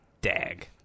DAG